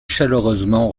chaleureusement